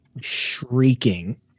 shrieking